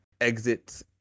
exit